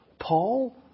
Paul